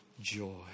joy